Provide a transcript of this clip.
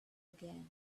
again